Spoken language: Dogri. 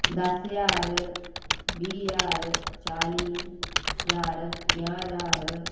दस ज्हार बीह् ज्हार चाली ज्हार पंजाह् ज्हार